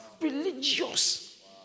Religious